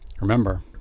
Remember